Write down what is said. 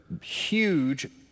huge